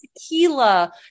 tequila